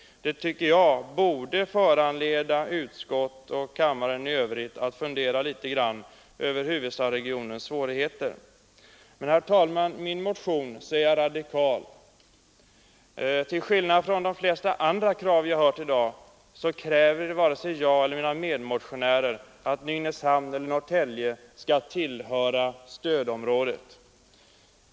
Det tycker jag borde föranleda utskottsledamöterna och kammaren i övrigt att fundera litet över huvudstadsregionens svårigheter. Men, herr talman, vi är radikala i vår motion. Till skillnad från de flesta andra som jag i dag hört framföra krav begär varken jag eller mina medmotionärer att Nynäshamn eller Norrtälje skall tillhöra stödområdet.